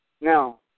Now